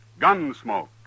Gunsmoke